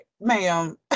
ma'am